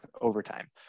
overtime